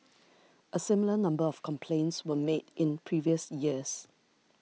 a similar number of complaints were made in previous years